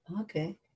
okay